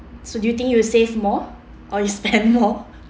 so do you think you save more or you spend more